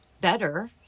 better